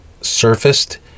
surfaced